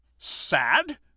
Sad